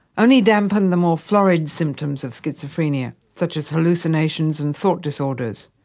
only dampened the more florid symptoms of schizophrenia, such as hallucinations and thought disorders.